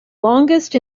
longest